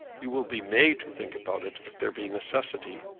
you will be made to think about it if there be necessity.